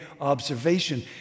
observation